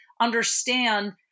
understand